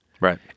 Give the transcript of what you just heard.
Right